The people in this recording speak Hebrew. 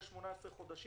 שהיו להם 12 חודש?